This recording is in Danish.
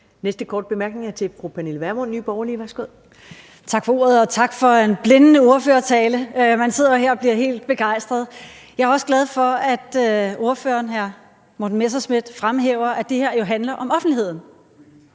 Værsgo. Kl. 17:01 Pernille Vermund (NB): Tak for ordet, og tak for en blændende ordførertale. Man sidder jo her og bliver helt begejstret. Jeg er også glad for, at ordføreren, hr. Morten Messerschmidt, fremhæver, at det her jo handler om offentligheden.